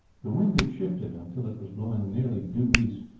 the wind had shifted until it was blowing nearly due east,